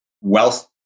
wealth